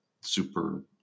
super